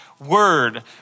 word